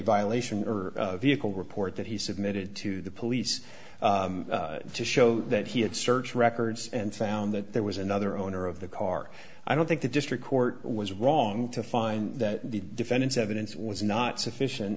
violation or vehicle report that he submitted to the police to show that he had search records and found that there was another owner of the car i don't think the district court was wrong to find that the defendant's evidence was not sufficient